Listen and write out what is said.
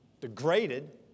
degraded